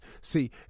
See